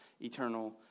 eternal